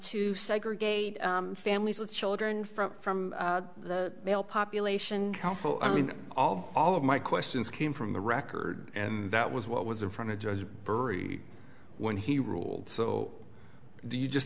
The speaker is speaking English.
to segregate families with children from from the male population council i mean all all of my questions came from the record and that was what was in front of judge beurre when he ruled so do you just